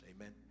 amen